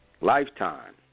Lifetime